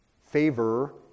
Favor